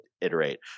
iterate